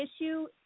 issue